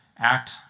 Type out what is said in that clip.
Act